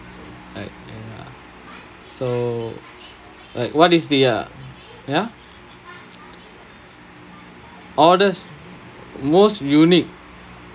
I a~ so like what is the uh ya oddest most unique